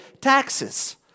taxes